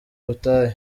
butayu